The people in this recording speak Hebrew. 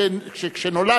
שכשנולד,